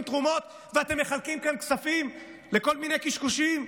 תרומות ואתם מחלקים כאן כספים לכל מיני קשקושים?